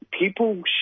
people